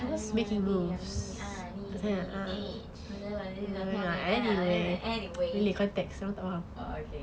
I want to be a anyway oh okay